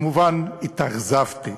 כמובן שהתאכזבתי.